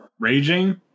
raging